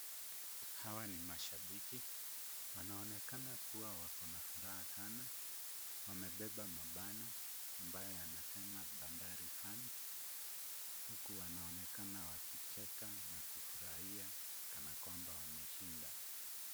Hawa ni mashabiki. Wanaonekana kuwa wakona furaha sana. Wamebeba mabango ambayo yanasema Bandari Fans huku wanaonekana wakicheka na kufurahia kana kwamba wameshinda.